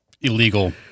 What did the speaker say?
illegal